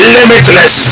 Limitless